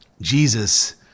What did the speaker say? Jesus